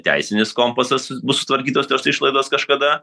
teisinis kompasas bus sutvarkytos tos išlaidos kažkada